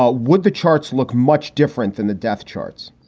ah would the charts look much different than the death charts?